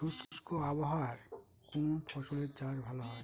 শুষ্ক আবহাওয়ায় কোন ফসলের চাষ ভালো হয়?